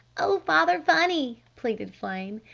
oh father-funny! pleaded flame.